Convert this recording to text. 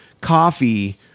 Coffee